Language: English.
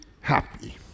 happy